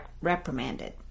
reprimanded